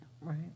right